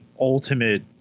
ultimate